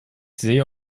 sehe